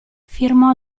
firmò